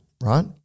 right